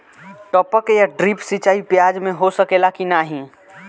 टपक या ड्रिप सिंचाई प्याज में हो सकेला की नाही?